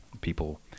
people